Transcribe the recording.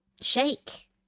Shake